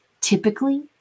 typically